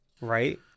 right